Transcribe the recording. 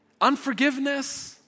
Unforgiveness